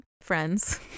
friends